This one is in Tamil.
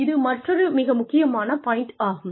இது மற்றொரு மிக முக்கியமான பாயிண்ட் ஆகும்